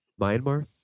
Myanmar